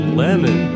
lemon